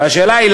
והשאלה היא,